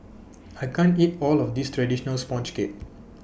I can't eat All of This Traditional Sponge Cake